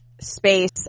space